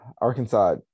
Arkansas